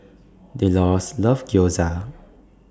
Delores loves Gyoza